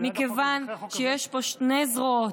מכיוון שיש פה שתי זרועות.